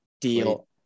deal